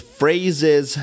phrases